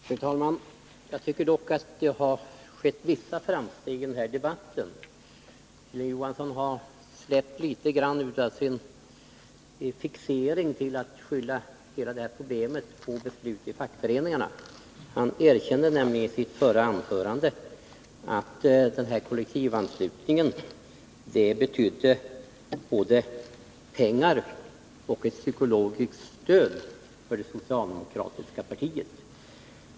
Fru talman! Jag tycker dock att det har skett vissa framsteg i den här debatten. Hilding Johansson har släppt litet av sin fixering att skylla hela problemet på beslut i fackföreningarna. Han erkände nämligen i sitt förra anförande att den här kollektivanslutningen betydde både pengar och ett psykologiskt stöd för det socialdemokratiska partiet.